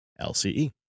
LCE